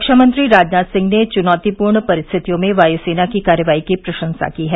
रक्षा मंत्री राजनाथ सिंह ने चुनौतीपूर्ण परिस्थितियों में वायुसेना की कार्रवाई की प्र शंसा की है